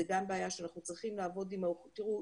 זה גם בעיה שאנחנו צריכים לעבוד תראו,